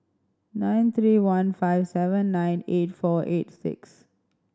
nine three one five seven nine eight four eight six